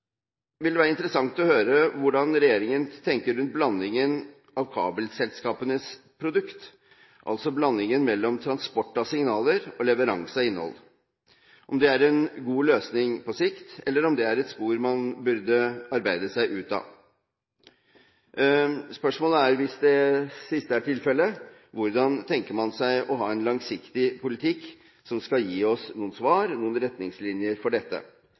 vil det være interessant å høre hva regjeringen tenker om blandingen av kabelselskapenes produkt, altså blandingen av transport av signaler og leveranse av innhold, om det er en god løsning på sikt eller det er et spor man burde arbeide seg ut av. Hvis det siste er tilfellet, er spørsmålet hvordan man tenker seg en langsiktig politikk som skal gi oss noen svar og noen retningslinjer for dette.